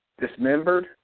dismembered